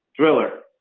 thriller.